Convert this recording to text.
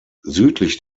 südlich